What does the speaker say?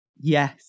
Yes